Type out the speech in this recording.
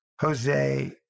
Jose